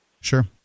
Sure